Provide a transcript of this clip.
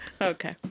Okay